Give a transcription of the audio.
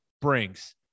brings